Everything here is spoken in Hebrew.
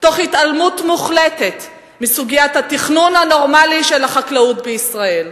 תוך התעלמות מוחלטת מסוגיית התכנון הנורמלי של החקלאות בישראל.